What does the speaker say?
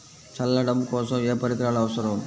చల్లడం కోసం ఏ పరికరాలు అవసరం?